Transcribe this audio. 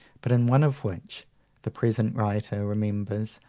but in one of which the present writer remembers,